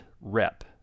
rep